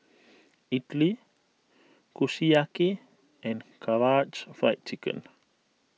Idili Kushiyaki and Karaage Fried Chicken